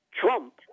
Trump